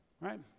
Right